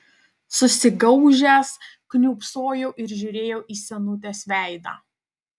susigaužęs kniūbsojau ir žiūrėjau į senutės veidą